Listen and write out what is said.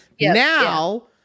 Now